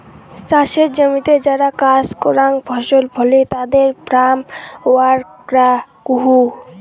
চাসের জমিতে যারা কাজ করাং ফসল ফলে তাদের ফার্ম ওয়ার্কার কুহ